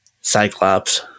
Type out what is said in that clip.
Cyclops